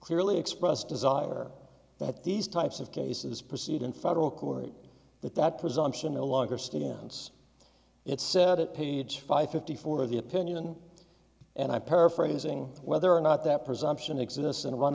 clearly expressed desire that these types of cases proceed in federal court that that presumption no longer stands it said it page five fifty four of the opinion and i paraphrasing whether or not that presumption exists and